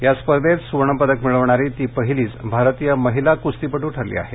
या स्पर्धेत सुवर्णपदक मिळवणारी ती पहिलीच भारतीय महिला कुस्तीपटू ठरली आहे